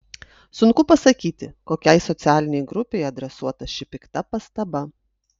sunku pasakyti kokiai socialinei grupei adresuota ši pikta pastaba